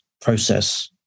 process